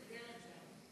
בדרך כלל.